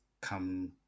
come